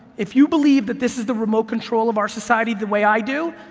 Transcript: if you believe that this is the remote control of our society the way i do,